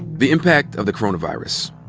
the impact of the coronavirus,